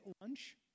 lunch